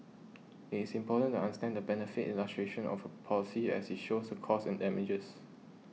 it is important to understand the benefit illustration of a policy as it shows the costs and damages